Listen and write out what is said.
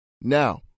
now